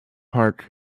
park